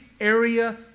area